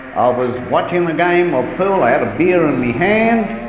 i was watching the game of pool. i had a beer in me hand.